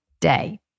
day